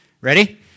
Ready